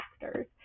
factors